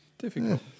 Difficult